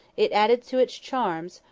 it added to its charms,